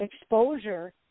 exposure